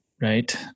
right